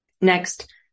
Next